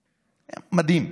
מדהים,